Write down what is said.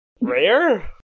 Rare